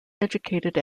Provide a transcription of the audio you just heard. educated